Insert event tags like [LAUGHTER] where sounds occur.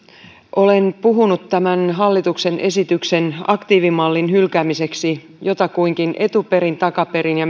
olen puhunut tämän hallituksen esityksen aktiivimallista hylkäämiseksi jotakuinkin etuperin takaperin ja [UNINTELLIGIBLE]